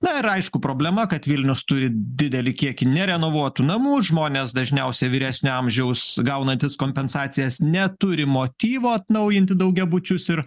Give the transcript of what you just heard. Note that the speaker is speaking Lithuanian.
na ir aišku problema kad vilnius turi didelį kiekį nerenovuotų namų žmonės dažniausia vyresnio amžiaus gaunantys kompensacijas neturi motyvo atnaujinti daugiabučius ir